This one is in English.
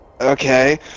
Okay